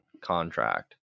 contract